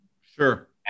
Sure